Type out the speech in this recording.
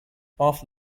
after